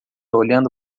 olhando